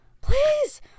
Please